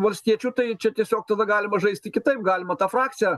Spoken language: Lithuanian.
valstiečių tai čia tiesiog tada galima žaisti kitaip galima tą frakciją